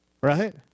Right